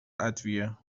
ادویه